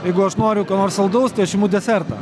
jeigu aš noriu ko nors saldaus tai aš imu desertą